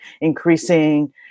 increasing